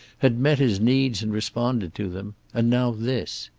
had met his needs and responded to them. and now, this.